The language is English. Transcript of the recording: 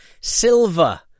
silver